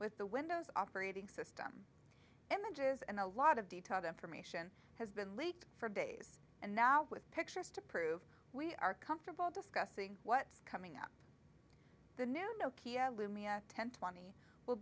with the windows operating system images and a lot of detailed information has been leaked for days and now with pictures to prove we are comfortable discussing what's coming to the nokia lumia ten twenty will